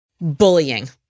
bullying